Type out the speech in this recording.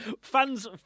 Fans